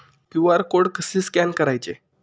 QR code कसे scan करायचे?